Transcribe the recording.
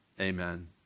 Amen